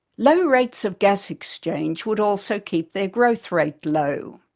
low rates of gas-exchange would also keep their growth rate low.